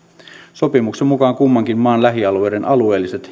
sopimuksen mukaan kummankin maan lähialueiden alueelliset